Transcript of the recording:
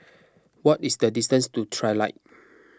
what is the distance to Trilight